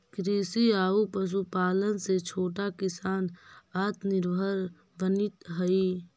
कृषि आउ पशुपालन से छोटा किसान आत्मनिर्भर बनित हइ